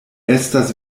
estas